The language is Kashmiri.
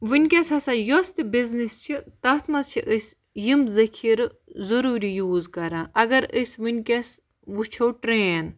وٕنکٮ۪س ہَسا یُس تہِ بِزنِس چھِ تَتھ منٛز چھِ أسۍ یِم ذٔخیٖرٕ ضٔروٗری یوٗز کَران اگر أسۍ وٕنکٮ۪س وٕچھو ٹرٛین